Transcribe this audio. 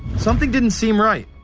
something didn't seem right.